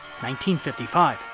1955